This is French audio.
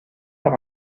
par